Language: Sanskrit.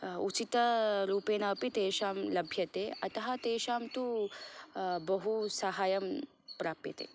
उचितरूपेण अपि तेषां लभ्यते अतः तेषां तु बहु सहायं प्राप्यते